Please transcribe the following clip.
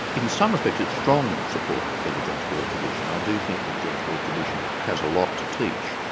in some respect it's strong support for the just war tradition. i do think that the just war tradition has a lot to teach.